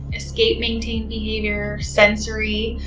escape maintained behavior, sensory,